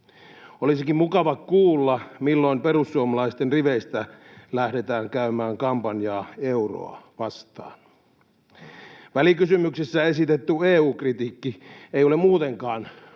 Olisikin mukava kuulla, milloin perussuomalaisten riveistä lähdetään käymään kampanjaa euroa vastaan. Välikysymyksessä esitetty EU-kritiikki ei ole muutenkaan